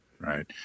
Right